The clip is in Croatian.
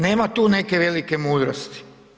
Nema tu neke velike mudrosti.